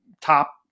top